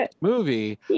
movie